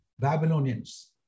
Babylonians